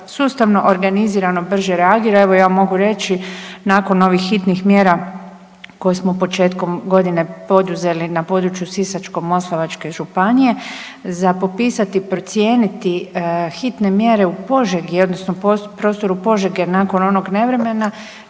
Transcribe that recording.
sustavno organizirano brže reagira. Evo, ja mogu reći nakon ovih hitnih mjera koje smo početkom godine poduzeli na području Sisačko-moslavačke županije, za popisati i procijeniti hitne mjere u Požegi odnosno u prostoru Požege nakon onog nevremena